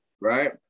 Right